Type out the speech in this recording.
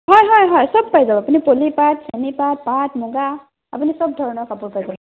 হয় হয় হয় চব পাই যাব আপুনি পলি পাট চেমি পাট পাট মুগা আপুনি চব ধৰণৰ কাপোৰ পাই যাব